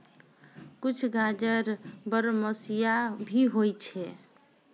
कुछ गाजर बरमसिया भी होय छै